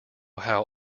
how